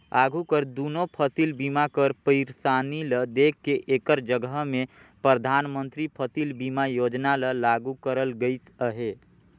आघु कर दुनो फसिल बीमा कर पइरसानी ल देख के एकर जगहा में परधानमंतरी फसिल बीमा योजना ल लागू करल गइस अहे